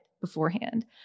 beforehand